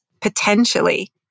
potentially